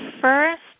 first